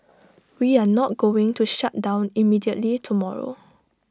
we are not going to shut down immediately tomorrow